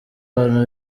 abantu